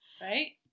Right